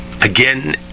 again